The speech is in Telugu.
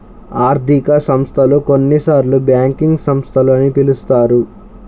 ఆర్థిక సంస్థలు, కొన్నిసార్లుబ్యాంకింగ్ సంస్థలు అని పిలుస్తారు